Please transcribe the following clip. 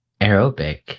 Aerobic